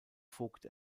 vogt